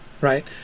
right